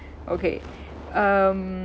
okay um